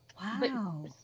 Wow